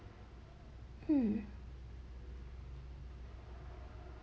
mm